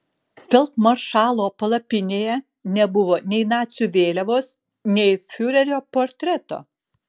feldmaršalo palapinėje nebuvo nei nacių vėliavos nei fiurerio portreto